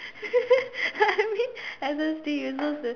I mean I just think you're supposed to